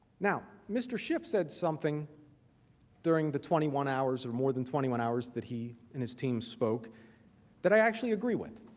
now, mr. schiff said something during the twenty one hours or more than twenty one hours that he and his teams so oak that i actually agree with.